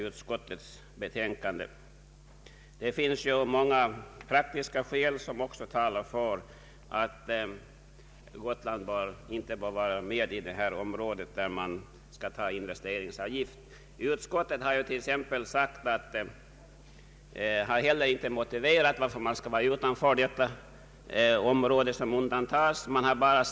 Utskottet har inte framfört några motiv för sitt avstyrkande av förslaget om undantag från investeringsavgift för byggnadsinvesteringar på Gotland och är heller inte berett medverka till att Gotland i detta avseende skall behandlas som stödområde.